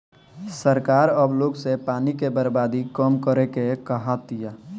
सरकार अब लोग से पानी के बर्बादी कम करे के कहा तिया